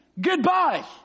goodbye